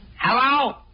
Hello